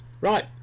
Right